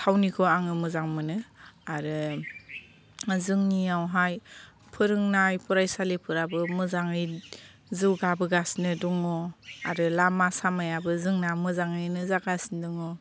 थावनिखौ आङो मोजां मोनो आरो जोंनियावहाय फोरोंनाय फरायसालिफोराबो मोजाङै जौगाबोगासिनो दङ आरो लामा सामायाबो जोंना मोजाङैनो जागासिनो दङ